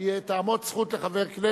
אני קובע שהצעת החוק של חבר הכנסת